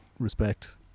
Respect